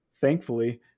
thankfully –